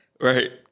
Right